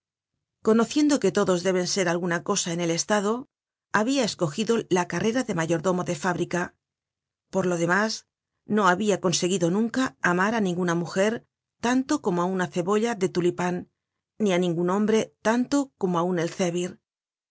conociendp que todos deben ser alguna cosa en el estado habia escogido la carrera de mayordomo de fábrica por lo demás no habia conseguido nunca amar á ninguna mujer tanto como á una cebolla de tulipan ni á ningun hombre tanto como á un elzevir